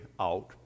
out